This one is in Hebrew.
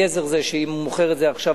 הגזר זה שאם הוא מוכר את זה עכשיו,